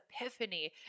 epiphany